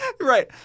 Right